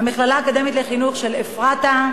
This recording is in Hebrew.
המכללה האקדמית לחינוך "אפרתה",